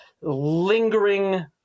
lingering